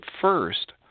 first